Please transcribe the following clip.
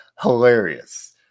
hilarious